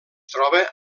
troba